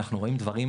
אנחנו רואים דברים,